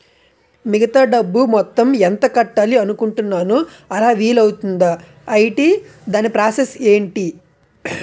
మిగతా డబ్బు మొత్తం ఎంత కట్టాలి అనుకుంటున్నాను అలా వీలు అవ్తుంధా? ఐటీ దాని ప్రాసెస్ ఎంటి?